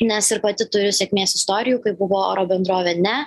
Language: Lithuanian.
nes ir pati turiu sėkmės istorijų kai buvo oro bendrovė ne